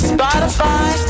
Spotify